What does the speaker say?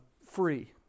free